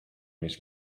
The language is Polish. mieć